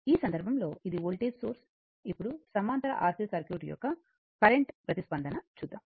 ఈ సందర్భంలో ఇది వోల్టేజ్ సోర్స్ ఇప్పుడు సమాంతర RC సర్క్యూట్ యొక్క కరెంటు ప్రతిస్పందన చూద్దాం